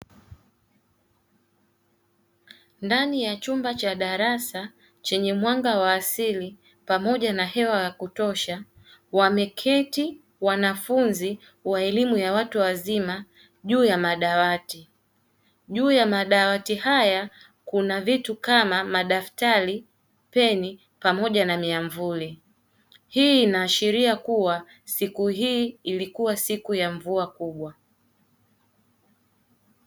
Ndani ya chumba cha darasa chenye mwanga wa asili pamoja na hewa ya kutosha wameketi wanafunzi wa elimu ya watu wazima juu ya madawati. Juu ya madawati haya kuna vitu kama madaftari, peni pamoja na miamvuli. Hii inaashiria kuwa siku hii ilikuwa siku ya mvua kubwa.